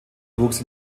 wuchs